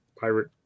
pirate